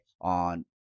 on